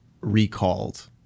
recalled